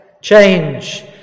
change